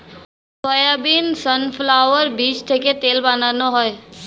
soybean, sunflower বীজ থেকে তেল বানানো হয়